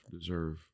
deserve